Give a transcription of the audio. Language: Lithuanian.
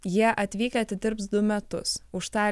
jie atvykę atidirbs du metus už tą